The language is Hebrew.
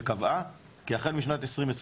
שקבעה כי החל משנת 2021